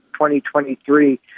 2023